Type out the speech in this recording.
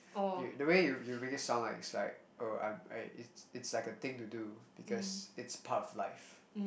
you the way you you make it sound like is like oh I'm I it's it's like a thing to do because it's part of life